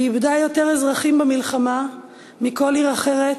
היא איבדה יותר אזרחים במלחמה מכל עיר אחרת,